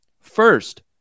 First